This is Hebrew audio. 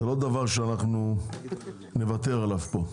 זה לא דבר שאנחנו נוותר עליו פה,